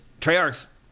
Treyarch's